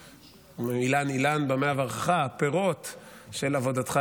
"אילן אילן במה אברכך" שהפירות של עבודתך